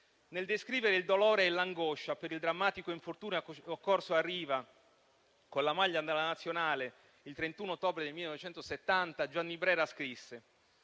nel descrivere il dolore e l'angoscia per il drammatico infortunio occorso a Riva con la maglia della nazionale il 31 ottobre del 1970, Gianni Brera scrisse: